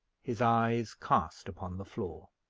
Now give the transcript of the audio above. his eyes cast upon the floor.